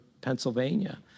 Pennsylvania